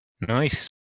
Nice